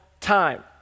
time